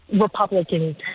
Republicans